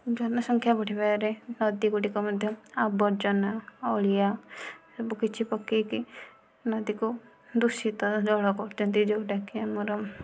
ଜନ ସଂଖ୍ୟା ବଢ଼ିବାରେ ନଦୀ ଗୁଡ଼ିକ ମଧ୍ୟ ଆବର୍ଜନା ଅଳିଆ ସବୁ କିଛି ପକାଇକି ନଦୀକୁ ଦୂଷିତ ଜଳ କରୁଛନ୍ତି ଯେଉଁଟାକି ଆମର